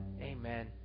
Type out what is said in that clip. Amen